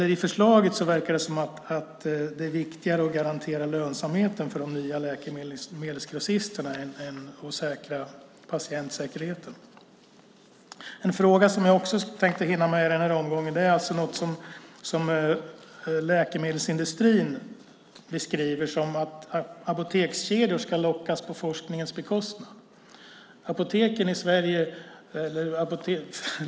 I förslaget verkar det som att det är viktigare att garantera lönsamheten för de nya läkemedelsgrossisterna än att säkra patientsäkerheten. En fråga som jag också tänkte hinna med i den här omgången är något som läkemedelsindustrin beskriver som att apotekskedjor ska lockas på forskningens bekostnad.